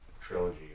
trilogy